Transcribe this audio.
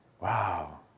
Wow